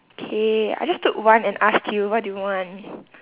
okay I just took one and asked you what do you want